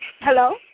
Hello